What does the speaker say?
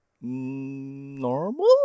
normal